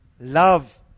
love